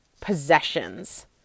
possessions